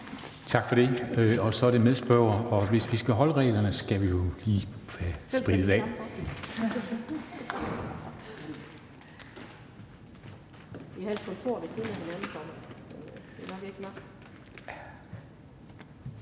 Tak for det. Så er det medspørgeren, og hvis vi skal overholde reglerne, skal vi jo lige have sprittet af.